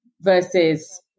versus